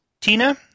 Tina